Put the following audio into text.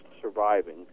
surviving